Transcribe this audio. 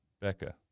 Becca